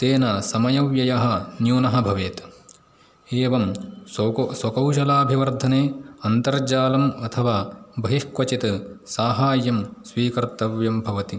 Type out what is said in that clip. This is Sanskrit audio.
तेन समयव्ययः न्यूनः भवेत् एवं सुकौ स्वकौषलाभिवर्धने अन्तर्जालम् अथवा बहिः क्वचित् साहाय्यं स्वीकर्तव्यं भवति